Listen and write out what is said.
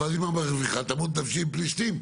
אבל אם היא מרוויחה, תמות נפשי עם פלשתים.